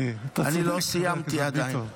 אני לא סיימתי עדיין.